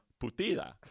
putida